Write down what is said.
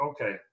okay